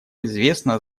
известно